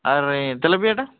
আর ওই তেলাপিয়াটা